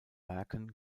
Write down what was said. werken